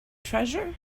treasure